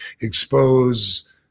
expose